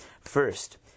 First